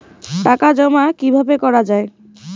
টাকা জমা কিভাবে করা য়ায়?